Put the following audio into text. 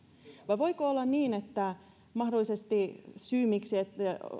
vai voiko olla niin että mahdollisesti syy miksi